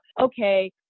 okay